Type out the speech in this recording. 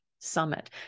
Summit